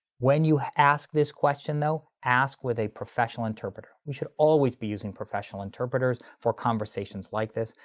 when you ask this question though, ask were they professional interpreters. we should always be using professional interpreters for conversations like this.